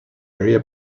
area